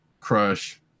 crush